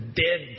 dead